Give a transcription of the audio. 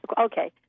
okay